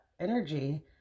energy